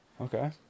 Okay